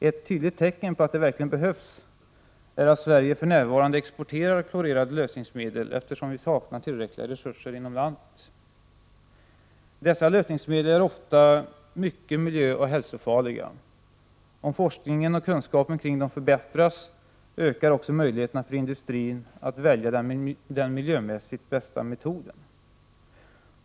Ett tydligt tecken på att detta verkligen behövs är att Sverige för närvarande importerar klorerade lösningsmedel, eftersom vi saknar tillräckliga resurser inom landet. Dessa lösningsmedel är ofta mycket miljöoch hälsofarliga. Om forskningen och kunskapen kring dem förbättras ökar också möjligheterna för industrin att välja den miljömässigt bästa metoden.